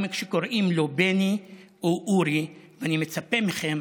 גם כשקוראים לו בני או אורי, ואני מצפה מכם